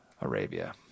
Arabia